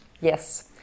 Yes